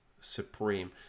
supreme